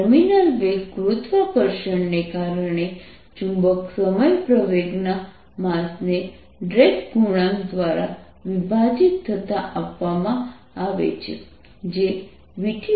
terminal વેગ ગુરુત્વાકર્ષણને કારણે ચુંબક સમય પ્રવેગના માસ ને ડ્રેક ગુણાંક દ્વારા વિભાજીત થતાં આપવામાં આવે છે જેVT mgk છે